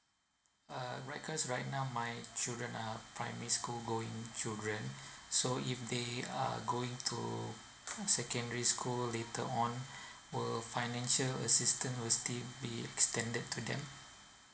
err right cause right now my children are primary school going children so if they are going to secondary school later on will financial assistance will still be extended to them